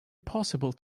possible